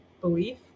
belief